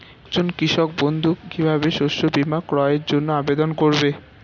একজন কৃষক বন্ধু কিভাবে শস্য বীমার ক্রয়ের জন্যজন্য আবেদন করবে?